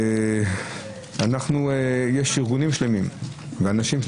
יש ארגונים שלמים ואנשים,